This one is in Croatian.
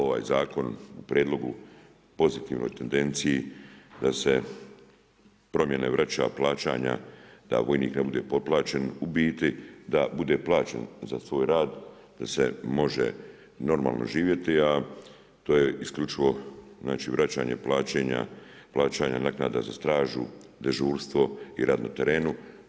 Ovaj zakon u prijedlogu pozitivnoj tendenciji da se promjene vraća plaćanja da vojnik ne bude potplaćen, u biti da bude plaćen za svoj rad, da se može normalno živjeti a to je isključivo znači vraćanje plaćanja naknada za stražu, dežurstvo i rad na terenu.